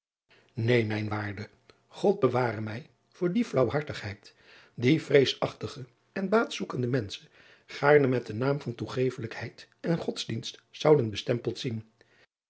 een mijn waarde od beware mij voor die flaauwhartigheid die vreesachtige en baatzoekende menschen gaarne met den naam van toegeeflijkheid en odsdienst zouden bestempeld zien